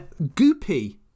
goopy